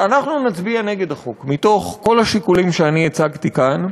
אנחנו נצביע נגד החוק מתוך כל השיקולים שאני הצגתי כאן,